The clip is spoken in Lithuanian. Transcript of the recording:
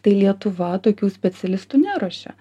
tai lietuva tokių specialistų neruošia